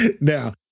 Now